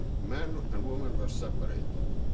men and women were separated.